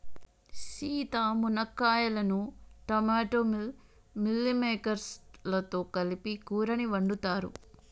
సీత మునక్కాయలను టమోటా మిల్ మిల్లిమేకేర్స్ లతో కలిపి కూరని వండుతారు